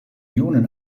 ionen